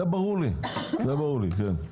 זה ברור לי, זה ברור לי, כן.